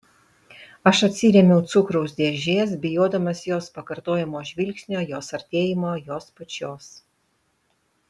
aš atsirėmiau cukraus dėžės bijodamas jos pakartojamo žvilgsnio jos artėjimo jos pačios